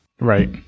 Right